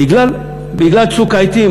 בגלל צוק העתים,